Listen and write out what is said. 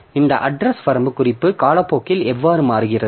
எனவே இந்த அட்ரஸ் வரம்பு குறிப்பு காலப்போக்கில் எவ்வாறு மாறுகிறது